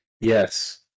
Yes